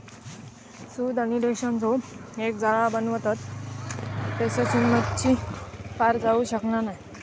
सूत आणि रेशांचो एक जाळा बनवतत तेच्यासून मच्छी पार जाऊ शकना नाय